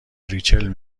ریچل